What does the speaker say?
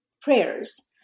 prayers